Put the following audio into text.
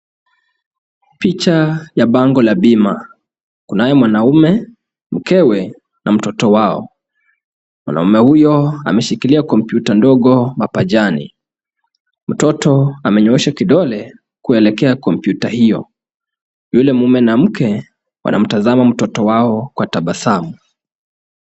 Picha ya bango la bima, kunaye mwanaume, mkewe na mtoto wao. Mwanamume huyo ameshikilia kompyuta ndogo mapajani, mtoto amenyoosha kidole kuelekea kompyuta hiyo, yule mume na mke wanamtazama mtoto wao kwa tabasamu.